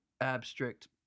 abstract